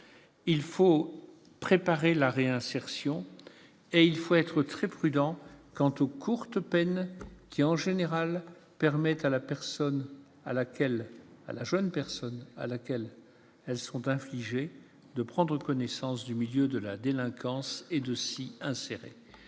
Il faut préparer la réinsertion et il faut être très prudent quant aux courtes peines, qui, en général, permettent à la jeune personne à laquelle elles sont infligées de prendre connaissance du milieu de la délinquance et de s'y insérer.